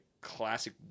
classic